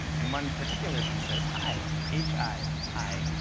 and one particular bee says, hi, h i, hi.